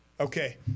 Okay